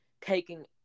taking